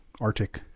arctic